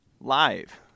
live